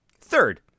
Third